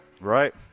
Right